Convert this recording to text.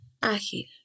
ágil